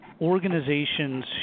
organizations